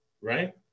right